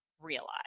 realize